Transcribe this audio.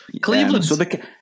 Cleveland